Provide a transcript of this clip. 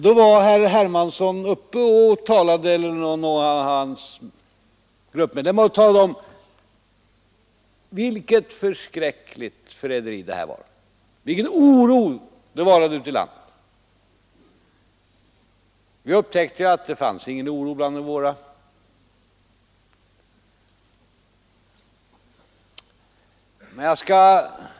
Då talade herr Hermansson eller någon av hans gruppmedlemmar om vilket förskräckligt förräderi detta var och om vilken oro det vållade ute i landet. Vi upptäckte emellertid att det inte fanns någon oro bland de våra.